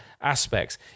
aspects